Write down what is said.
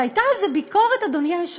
שהייתה על זה על זה ביקורת, אדוני היושב-ראש,